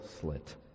slit